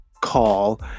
call